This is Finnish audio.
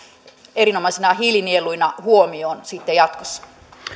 erinomaisina hiilinieluina huomioon jatkossa